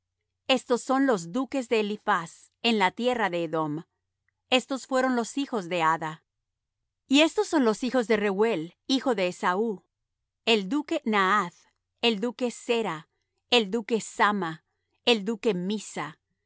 eliphaz en la tierra de edom estos fueron los hijos de ada y estos son los hijos de reuel hijo de esaú el duque nahath el duque zera el duque samma y el duque mizza